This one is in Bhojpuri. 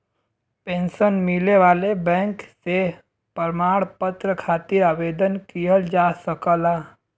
पेंशन मिले वाले बैंक से प्रमाण पत्र खातिर आवेदन किहल जा सकला